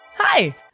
Hi